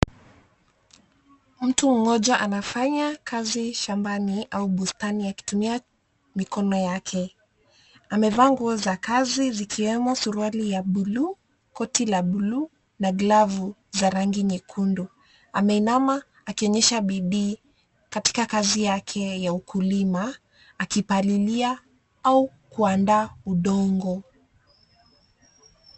Mtu mmoja anafanya kazi shambani au bustani akitumia mikono yake. Amevaa nguo za kazi zikiwemo suruali ya bluu, koti la bluu, na glavu za rangi nyekundu. Ameinama akionyesha bidii katika kazi yake ya ukulima, akipalilia au kuandaa udongo.